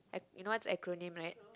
ac~ you know what's acronym right